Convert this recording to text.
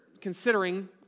considering